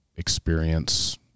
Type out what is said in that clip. experience